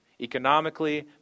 economically